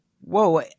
whoa